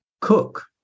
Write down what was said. cook